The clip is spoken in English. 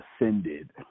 ascended